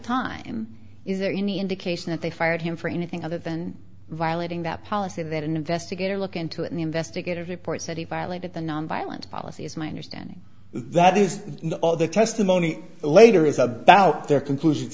time is there any indication that they fired him for anything other than violating that policy that an investigator look into in the investigative reports that he violated the nonviolent policy is my understanding that is their testimony later is about their conclusions